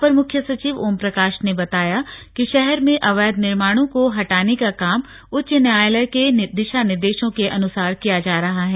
अपर मुख्य सचिव ओमप्रकाश ने बताया कि शहर में अवैध निर्माणों को हटाने का काम उच्च न्यायालय के दिशा निर्देशों के अनुसार किया जा रहा है